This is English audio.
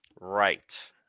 Right